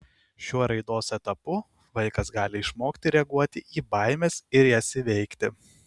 šiuo raidos etapu vaikas gali išmokti reaguoti į baimes ir jas įveikti